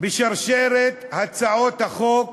בשרשרת הצעות החוק